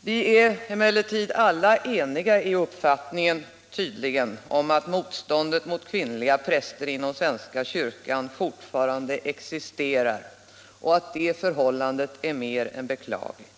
Vi är emellertid tydligen alla eniga i uppfattningen att motståndet mot kvinnliga präster inom svenska kyrkan fortfarande existerar och att detta förhållande är mer än beklagligt.